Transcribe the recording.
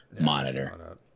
monitor